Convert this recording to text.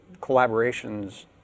collaborations